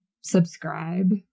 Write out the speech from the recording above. subscribe